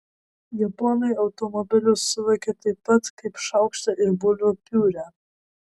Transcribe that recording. japonai automobilius suvokia taip pat kaip šaukštą ir bulvių piurė